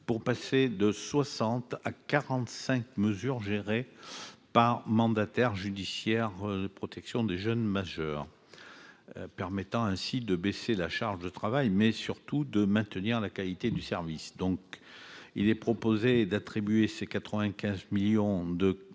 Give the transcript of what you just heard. pour passer de 60 à 45 mesures géré par mandataire judiciaire de protection des jeunes majeurs, permettant ainsi de baisser la charge de travail, mais surtout de maintenir la qualité du service, donc il est proposé d'attribuer ces 95 millions de crédits